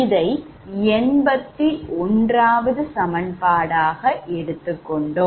இதை 81 வது சமன்பாடுடாக எடுத்துக் கொண்டோம்